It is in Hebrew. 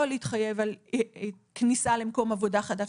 לא להתחייב על כניסה למקום עבודה חדש.